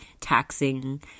taxing